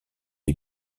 est